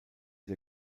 der